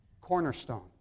cornerstone